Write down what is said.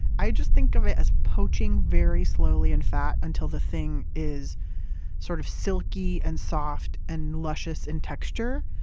i just think of it as poaching very slowly in fat until the thing is sort of silky and soft and luscious in texture.